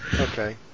Okay